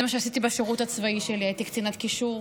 זה מה שעשיתי בשירות הצבאי שלי, הייתי קצינת קישור